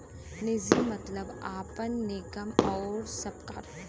निजी मतलब आपन, निगम आउर सबकर